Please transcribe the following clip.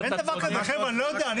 אתה צודק.